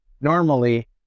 normally